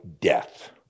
death